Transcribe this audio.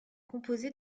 composé